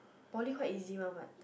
poly quite easy one what